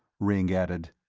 ringg added.